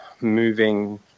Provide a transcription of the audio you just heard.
moving